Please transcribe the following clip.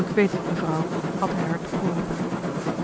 ik weet het mevrouw had hij haar toegeroepen